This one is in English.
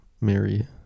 Mary